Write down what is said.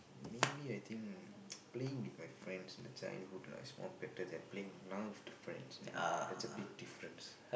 maybe I think playing with my friends in the childhood lah is more better than playing now with the friends know it's a big difference